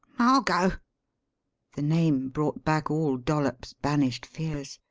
margot! the name brought back all dollops' banished fears.